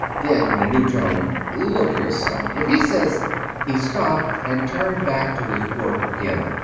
then, in a new tone, look here, son. if he says he stopped, and turned back to his work again.